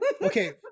Okay